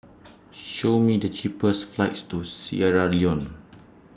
Show Me The cheapest flights to Sierra Leone